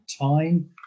time